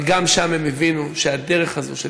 אבל גם שם הבינו שהדרך הזאת,